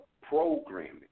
programming